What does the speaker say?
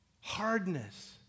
hardness